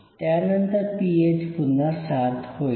त्यानंतर पीएच पुन्हा ७ होईल